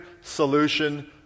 solution